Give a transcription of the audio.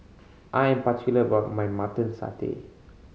I am particular about my Mutton Satay